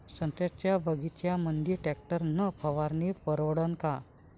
संत्र्याच्या बगीच्यामंदी टॅक्टर न फवारनी परवडन का?